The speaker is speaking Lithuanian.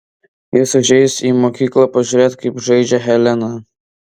jis užeis į mokyklą pažiūrėti kaip žaidžia helena